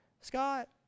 Scott